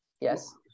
Yes